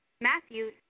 Matthew